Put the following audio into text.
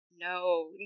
No